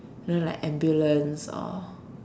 you know like ambulance or